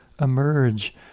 emerge